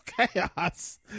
chaos